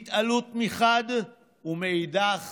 התעלות מחד גיסא, ומאידך